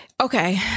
Okay